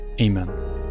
Amen